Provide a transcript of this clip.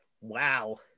Wow